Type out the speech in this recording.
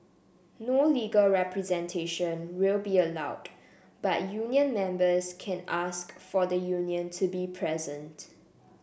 no legal representation will be allowed but union members can ask for the union to be present